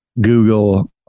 Google